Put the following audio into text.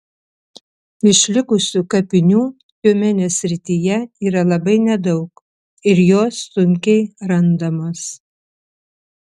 išlikusių kapinių tiumenės srityje yra labai nedaug ir jos sunkiai randamos